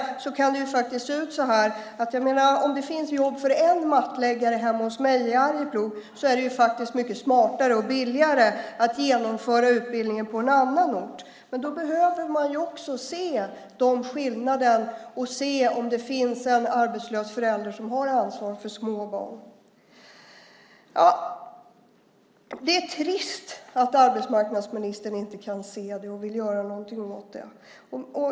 Det kan faktiskt vara så att det finns jobb för en mattläggare hemma hos mig i Arjeplog. Då är det mycket smartare och billigare att genomföra utbildningen på en annan ort. Men då behöver man också se skillnaderna och om det finns en arbetslös förälder som har ansvar för små barn. Det är trist att arbetsmarknadsministern inte kan se det och vill göra någonting åt det.